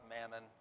mammon